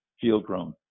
field-grown